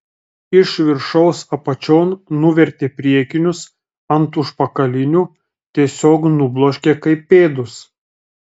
iš viršaus apačion nuvertė priekinius ant užpakalinių tiesiog nubloškė kaip pėdus